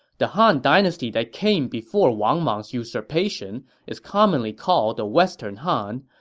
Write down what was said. the han dynasty that came before wang mang's usurpation is commonly called the western han,